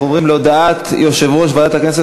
אנחנו עוברים להודעת יושב-ראש ועדת הכנסת,